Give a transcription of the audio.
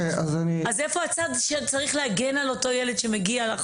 איפה הצד שצריך להגן על אותו ילד שמגיע לחוג?